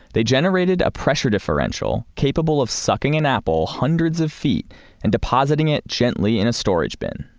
they generated a pressure differential, capable of sucking an apple hundreds of feet and depositing it gently in a storage bin.